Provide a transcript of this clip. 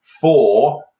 four